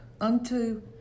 unto